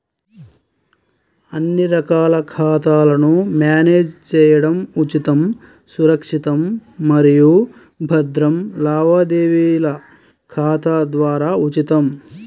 అన్ని రకాల ఖాతాలను మ్యానేజ్ చేయడం ఉచితం, సురక్షితం మరియు భద్రం లావాదేవీల ఖాతా ద్వారా ఉచితం